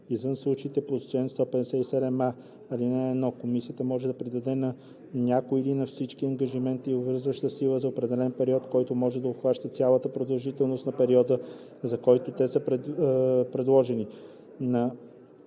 Извън случаите по чл. 157а, ал. 1 комисията може да придаде на някои или на всички ангажименти обвързваща сила за определен период, който може да обхваща цялата продължителност на периода, за който те са предложени.